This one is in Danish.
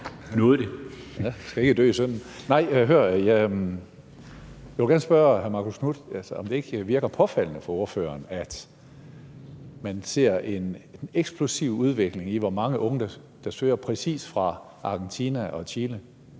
Hønge (SF): Jeg vil gerne spørge hr. Marcus Knuth, om det ikke virker påfaldende på ordføreren, at man ser en eksplosiv udvikling i, hvor mange unge der søger præcis fra Argentina og Chile.